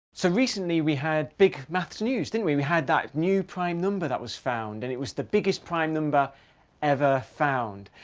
so recently, we had big maths news, didn't we? we had that new prime number that was found. and it was the biggest prime number ever found.